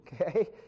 Okay